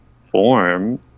form